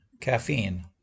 Caffeine